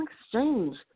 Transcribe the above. exchange